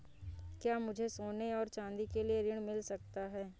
क्या मुझे सोने और चाँदी के लिए ऋण मिल सकता है?